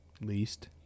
least